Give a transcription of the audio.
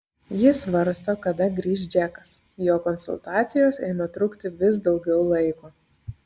ji svarsto kada grįš džekas jo konsultacijos ėmė trukti vis daugiau laiko